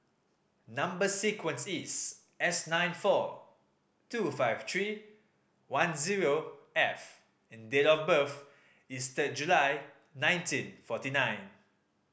number sequence is S nine four two five three one zero F and date of birth is third July nineteen forty nine